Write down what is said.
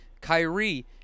Kyrie